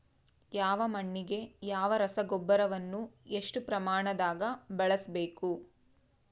ಯಾವ ಮಣ್ಣಿಗೆ ಯಾವ ರಸಗೊಬ್ಬರವನ್ನು ಎಷ್ಟು ಪ್ರಮಾಣದಾಗ ಬಳಸ್ಬೇಕು?